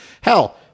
Hell